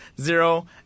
Zero